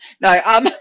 No